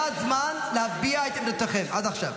היה זמן להביע את עמדותיכם עד עכשיו.